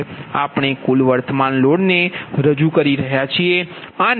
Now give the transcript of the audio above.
આપણે કુલ વર્તમાન લોડ ને રજૂ કરી રહ્યા છીએ